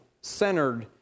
centered